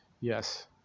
Yes